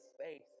faith